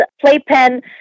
playpen